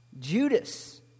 Judas